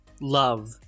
love